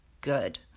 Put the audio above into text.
good